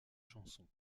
chansons